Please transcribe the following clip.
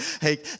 hey